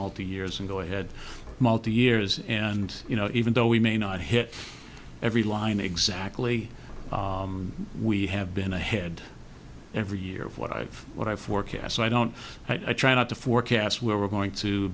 multi years and go ahead multi years and you know even though we may not hit every line exactly we have been ahead every year of what i've what i forecast so i don't i try not to forecast where we're going to